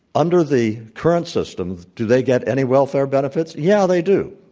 under the current system, do they get any welfare benefits? yeah, they do.